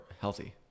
healthy